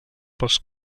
pels